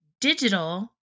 digital